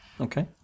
Okay